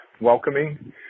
welcoming